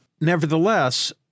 nevertheless